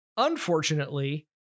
unfortunately